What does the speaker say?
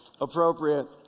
appropriate